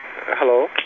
Hello